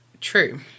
True